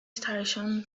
station